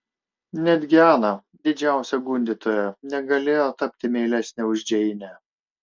netgi ana didžiausia gundytoja negalėjo tapti meilesnė už džeinę